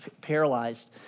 paralyzed